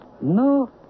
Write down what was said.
No